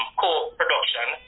co-production